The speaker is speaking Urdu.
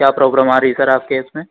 کیا پروبلم آ رہی ہے سر آپ کے اس میں